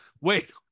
wait